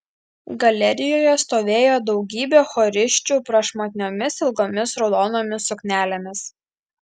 galerijoje stovėjo daugybė chorisčių prašmatniomis ilgomis raudonomis suknelėmis